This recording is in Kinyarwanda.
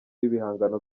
b’ibihangano